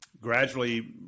gradually